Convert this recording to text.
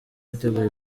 biteguye